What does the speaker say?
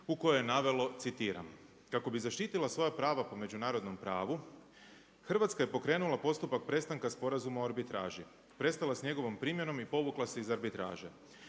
u kojoj je navelo, citiram: „Kako bi zaštitila svoja prava po međunarodnom pravu Hrvatska je pokrenula postupak prestanka Sporazuma o arbitraži, prestala s njegovom primjenom i povukla se iz arbitraže.